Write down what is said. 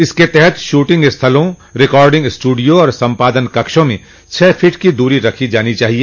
इसके तहत शूटिंग स्थलों रिकॉर्डिंग स्टूडियों और संपादन कक्षों में छह फीट की दूरी रखी जानी चाहिए